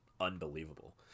unbelievable